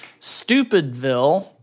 Stupidville